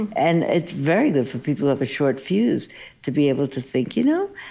and it's very good for people who have a short fuse to be able to think, you know,